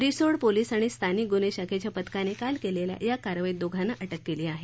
Risod police आणि स्थानिक गुन्हे शाखेच्या पथकाने काल केलेल्या या कारवाईत दोघांना अटक केली आहे